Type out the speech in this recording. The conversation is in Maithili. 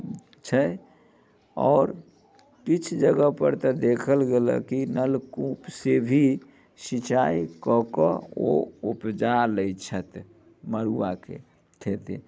छै आओर किछु जगहपर तऽ देखल गेलए कि नलकूपसँ भी सिंचाइ कऽ कऽ ओ उपजा लैत छथि मड़ुआके खेती